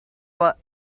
what